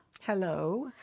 Hello